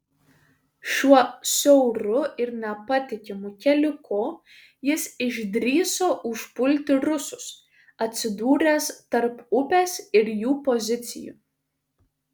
šiuo siauru ir nepatikimu keliuku jis išdrįso užpulti rusus atsidūręs tarp upės ir jų pozicijų